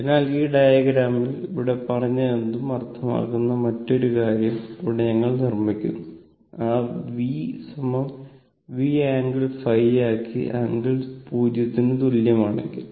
അതിനാൽ ഈ ഡയഗ്രാമിൽ അവിടെ പറഞ്ഞതെന്തും അർത്ഥമാക്കുന്ന മറ്റൊരു കാര്യം ഇവിടെ ഞങ്ങൾ നിർമ്മിക്കുന്നു ആ v V ആംഗിൾ ϕ ആക്കി ആംഗിൾ 0 ന് തുല്യമാണെങ്കിൽ